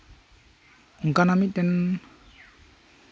ᱚᱱᱠᱟᱱᱟᱜ ᱢᱤᱫᱴᱮᱱ